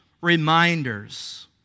reminders